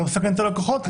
לא מסכן את הלקוחות.